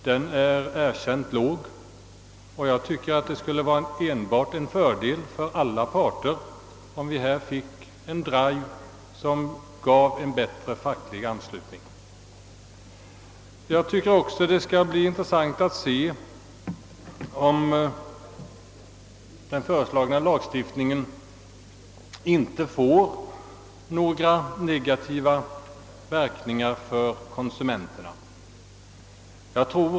Denna är erkänt låg och jag anser att det skulle vara en fördel för alla parter, om vi fick en drive som gav bättre anslutning. Dessutom skall det bli intressant att se, om den föreslagna lagstiftningen inte får negativa verkningar för konsumenterna.